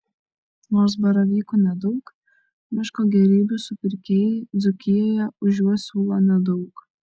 nors baravykų nedaug miško gėrybių supirkėjai dzūkijoje už juos siūlo nedaug